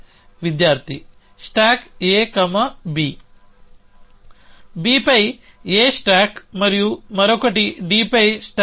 విద్యార్థి stack A B B పై A stack మరియు మరొకటి D పై స్టాక్ B